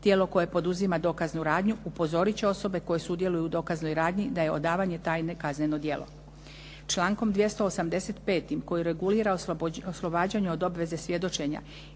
Tijelo koje poduzima dokaznu radnju upozorit će osobe koje sudjeluju u dokaznoj radnji da je odavanje tajne kazneno djelo. Člankom 285. koji regulira oslobađanje od obveze svjedočenja